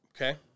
Okay